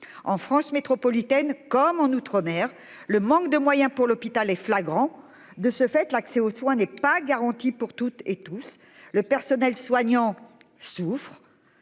en France métropolitaine comme en outre-mer le manque de moyens pour l'hôpital est flagrant. De ce fait, l'accès aux soins n'est pas garanti pour toutes et tous. Le personnel soignant souffrent.